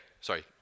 sorry